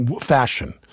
fashion